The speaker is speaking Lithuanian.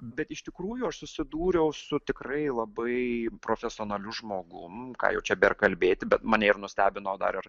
bet iš tikrųjų aš susidūriau su tikrai labai profesionaliu žmogum ką jau čia be ir kalbėti bet mane ir nustebino dar ir